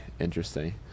interesting